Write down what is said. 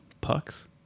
pucks